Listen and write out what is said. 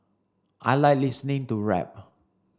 I like listening to rap